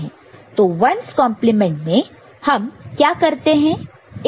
तो 1's complement में हम क्या करते हैं